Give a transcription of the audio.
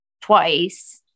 twice